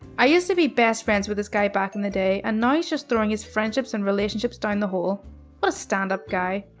i used to be best friends with this guy back in the day, and now he's just throwing his friendships and relationships down the hole. what a stand up guy.